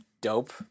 Dope